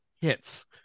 hits